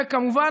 וכמובן,